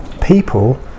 people